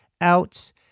out